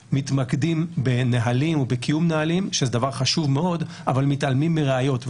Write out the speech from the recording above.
מתמקדים בקיום של נהלים שזה גם דבר חשוב מאוד אבל מתעלמים מראיות.